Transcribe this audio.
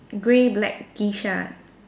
grey blackish ah